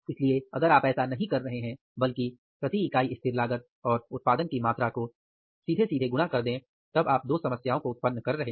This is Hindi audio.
इसलिए अगर आप ऐसा नहीं कर रहे हैं बल्कि प्रति इकाई स्थिर लागत और उत्पादन की मात्रा को सीधे सीधे गुणा कर दे रहे हैं तब आप दो समस्याओं को उत्पन्न कर रहे हैं